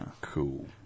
Cool